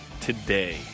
today